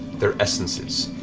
they're essences.